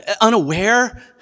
unaware